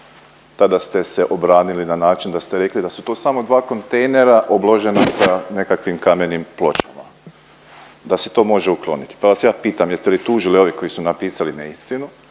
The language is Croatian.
Tada ste se obranili na način da ste rekli da su tu samo dva kontejnera obložena sa nekakvim kamenim pločama, da se to može ukloniti. Pa vas ja pitam, jeste li tužili ove koji su napisali neistinu?